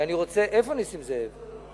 איפה נסים זאב?